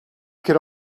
could